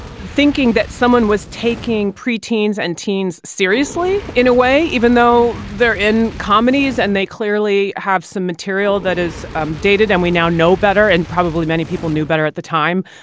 thinking that someone was taking pre-teens and teens seriously in a way, even though they're in comedies and they clearly have some material that that is um dated and we now know better and probably many people knew better at the time.